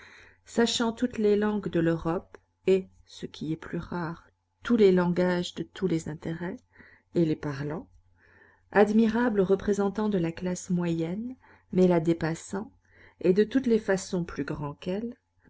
sachant toutes les langues de l'europe et ce qui est plus rare tous les langages de tous les intérêts et les parlant admirable représentant de la classe moyenne mais la dépassant et de toutes les façons plus grand qu'elle